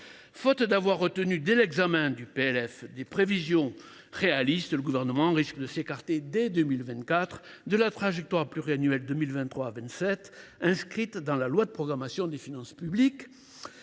Faute d’avoir retenu dès l’examen du projet de loi de finances des prévisions réalistes, le Gouvernement risque de s’écarter, dès 2024, de la trajectoire pluriannuelle 2023 2027 inscrite dans la loi de programmation des finances publiques